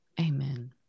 Amen